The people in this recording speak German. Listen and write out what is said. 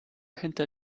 hinter